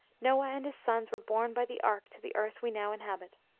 noah and his sons were borne by the ark to the earth we now inhabit.